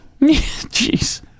Jeez